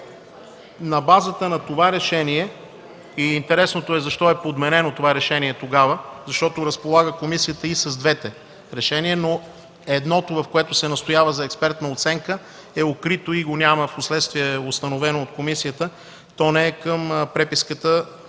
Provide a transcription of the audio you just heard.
На базата на това решение, интересното е защо е подменено това решение тогава, защото комисията разполага и с двете решения, но едното, в което се настоява за експертна оценка, е укрито и го няма, впоследствие е установено от комисията. То не е към преписката,